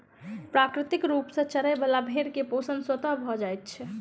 प्राकृतिक रूप सॅ चरय बला भेंड़ के पोषण स्वतः भ जाइत छै